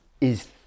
is-